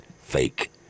fake